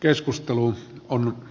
keskustelu on